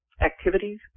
activities